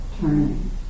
turning